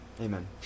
amen